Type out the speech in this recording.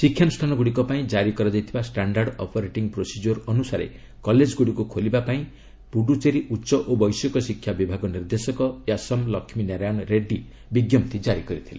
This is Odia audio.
ଶିକ୍ଷାନୁଷ୍ଠାନଗୁଡ଼ିକ ପାଇଁ ଜାରି କରାଯାଇଥିବା ଷ୍ଟାଶ୍ଡାର୍ଡ଼ ଅପରେଟିଙ୍ଗ୍ ପ୍ରୋସେକିଓର୍ ଅନୁସାରେ କଲେଜ୍ଗୁଡ଼ିକୁ ଖୋଲିବା ଲାଗି ପୁଡ଼ୁଚେରୀ ଉଚ୍ଚ ଓ ବୈଷୟିକ ଶିକ୍ଷା ବିଭାଗ ନିର୍ଦ୍ଦେଶକ ୟାସମ୍ ଲକ୍ଷ୍ମୀନାରାୟଣ ରେଡ୍ରୀ ବିଞ୍ଜପ୍ତି କାରି କରିଥିଲେ